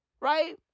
Right